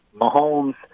Mahomes –